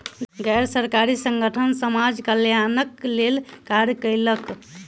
गैर सरकारी संगठन समाज कल्याणक लेल कार्य कयलक